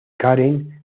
karen